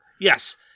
Yes